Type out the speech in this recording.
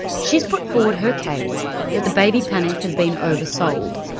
she has put forward her case that the baby panic has been oversold,